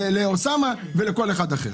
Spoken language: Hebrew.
לאוסאמה ולכל אחד אחר.